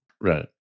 Right